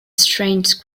strange